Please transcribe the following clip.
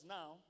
now